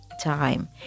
time